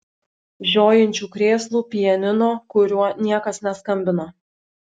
žiojinčių krėslų pianino kuriuo niekas neskambino